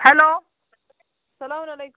hello سلام علیکُم